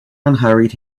unhurried